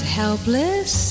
helpless